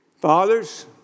Fathers